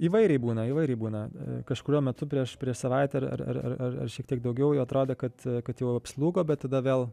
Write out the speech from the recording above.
įvairiai būna įvairiai būna kažkuriuo metu prieš savaitę ar ar ar ar šiek tiek daugiau jau atrodė kad kad jau apslūgo bet tada vėl